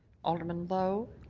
alderman lowe.